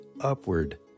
upward